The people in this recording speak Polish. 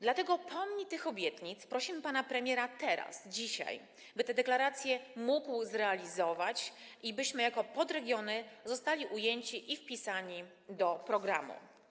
Dlatego pomni tych obietnic prosimy pana premiera teraz, dzisiaj, by te deklaracje mógł zrealizował i byśmy jako podregiony zostali ujęci i wpisani do programu.